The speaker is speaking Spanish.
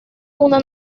una